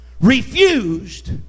refused